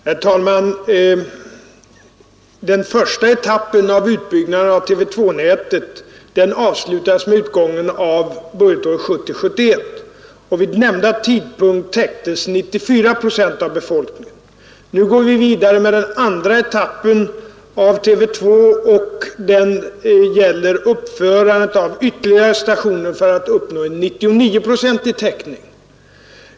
Herr talman! Den första etappen av utbyggnaden av TV 2-nätet avslutades med utgången av budgetåret 1970/71. Vid nämnda tidpunkt täcktes 94 procent av befolkningen. Nu går vi vidare med den andra utbyggnadsetappen av TV 2. Den gäller uppförandet av ytterligare stationer för att uppnå 99-procentig täckning.